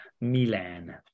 Milan